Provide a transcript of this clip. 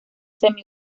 semi